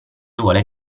vuole